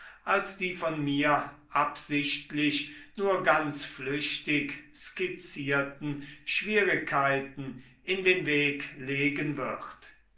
als die von mir absichtlich nur ganz flüchtig skizzierten schwierigkeiten in den weg legen wird